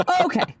Okay